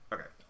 Okay